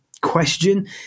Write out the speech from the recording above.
question